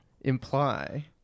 imply